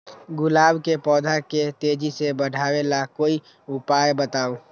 गुलाब के पौधा के तेजी से बढ़ावे ला कोई उपाये बताउ?